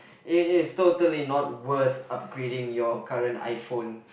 eh it's totally not worth upgrading your current iPhone